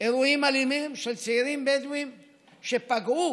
אירועים אלימים של צעירים בדואים שפגעו